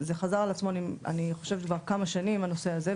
זה חזר על עצמו אני חושבת כבר כמה שנים הנושא הזה,